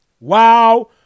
Wow